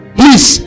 please